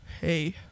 Hey